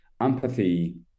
empathy